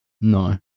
No